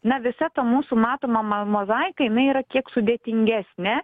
na visa ta mūsų matoma mozaika jinai yra kiek sudėtingesnė